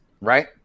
right